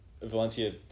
Valencia